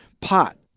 pot